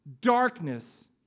darkness